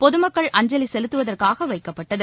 பொதுமக்கள் அஞ்சவி செலுத்துவதற்காக வைக்கப்பட்டது